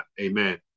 amen